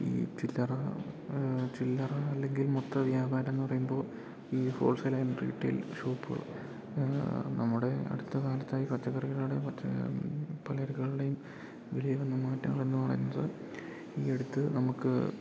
ഈ ചില്ലറ ചില്ലറ അല്ലെങ്കിൽ മൊത്ത വ്യാപാരംന്ന് പറയുമ്പോ ഈ ഹോൾസെയിൽ ആൻഡ് റീറ്റെയിൽ ഷോപ്പ് നമ്മുടെ അടുത്ത കാലത്തായി പച്ചക്കറികളുടെ പച്ച പലചരക്കുകളുടേം വിലയില് വന്ന മാറ്റങ്ങള് എന്ന് പറയുന്നത് ഈ അടുത്ത് നമുക്ക്